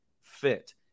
fit